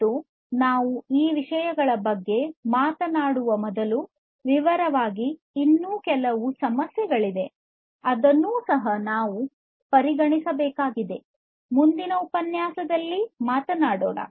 ಮತ್ತು ನಾವು ಆ ವಿಷಯಗಳ ಬಗ್ಗೆ ಮಾತನಾಡುವ ಮೊದಲು ವಿವರವಾಗಿ ಇನ್ನೂ ಕೆಲವು ಸಮಸ್ಯೆಗಳಿವೆ ಅದನ್ನು ಸಹ ನಾವು ಪರಿಗಣಿಸಬೇಕಾಗಿದೆ ಅದನ್ನು ಮುಂದಿನ ಉಪನ್ಯಾಸದಲ್ಲಿ ಮಾತನಾಡೋಣ